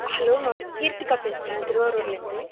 hello நான் கீர்த்திக்கா பேசுகிறேன் திருவாரூர்லேந்து